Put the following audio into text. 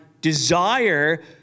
desire